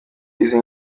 izi